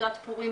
לקראת פורים,